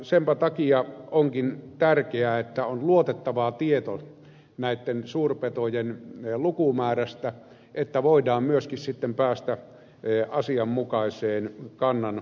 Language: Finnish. senpä takia onkin tärkeää että on luotettava tieto näitten suurpetojen lukumäärästä että voidaan myöskin sitten päästä asianmukaiseen kannansäätelyyn